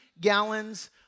gallons